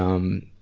um,